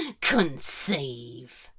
Conceive